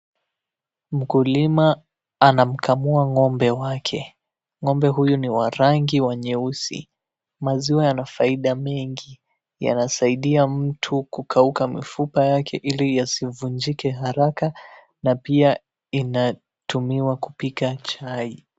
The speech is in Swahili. Mkulima anamkamua ng'ombe wake. Ng'ombe huyu ni wa rangi wa nyeusi. Maziwa yana faida mingi, yanasaidia mtu kukauka mifupa yake ili yasivunjike haraka na pia inatumiwa kupika chai.